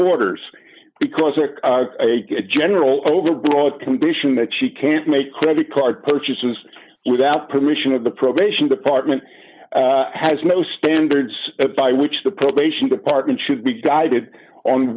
orders because of a general overall condition that she can't make credit card purchases without permission of the probation department has no standards by which the probation department should be guided on